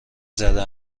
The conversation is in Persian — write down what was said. زده